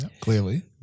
Clearly